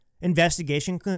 investigation